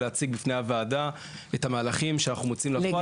ולהציג לפני הוועדה את המהלכים שאנחנו מוציאים לפועל,